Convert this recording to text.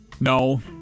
No